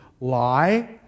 lie